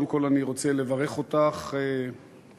קודם כול אני רוצה לברך אותך בתפקידך.